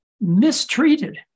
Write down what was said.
mistreated